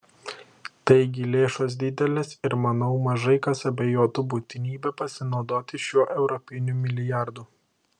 taigi lėšos didelės ir manau mažai kas abejotų būtinybe pasinaudoti šiuo europiniu milijardu